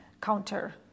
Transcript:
counter